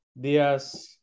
días